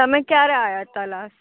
તમે ક્યારે આવ્યા તા લાસ્ટ